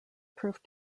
proved